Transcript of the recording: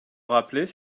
rappeler